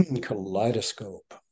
kaleidoscope